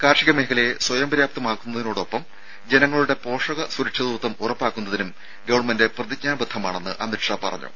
കാർഷിക മേഖലയെ സ്വയം പര്യാപ്തമാക്കുന്നതിനോടൊപ്പം ജനങ്ങളുടെ പോഷക സുരക്ഷിതത്വം ഉറപ്പാക്കുന്നതിനും ഗവൺമെന്റ് പ്രതിജ്ഞാ ബദ്ധമാണെന്ന് അമിത് ഷാ പറഞ്ഞു